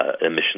emissions